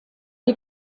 you